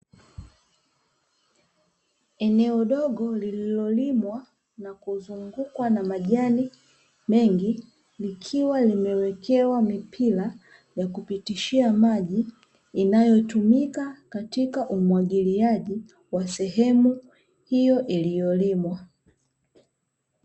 Eneo dogo lililolimwa na kuzungukwa na majani mengi, likiwa limwekewa mipira ya kupitishia maji inayotumika katika umwagiliaji wa sehemu hiyo iliyolimwa.